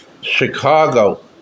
Chicago